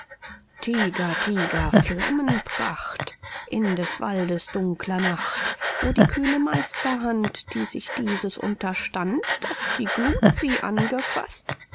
tiger flammenpracht in des waldes dunkler nacht wo die kühne meisterhand die sich dieses unterstand daß die gluth sie angefaßt